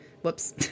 Whoops